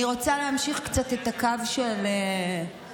אני רוצה להמשיך קצת את הקו של גלעד,